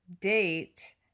date